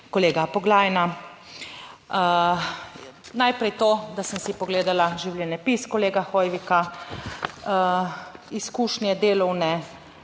kolega Poglajna. Najprej to, da sem si pogledala življenjepis kolega Hoivika. Izkušnje delovne: